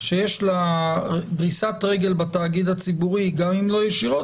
שיש לה דריסת רגל בתאגיד הציבורי גם אם לא ישירות,